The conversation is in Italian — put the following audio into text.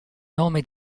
nome